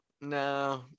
no